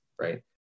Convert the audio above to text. right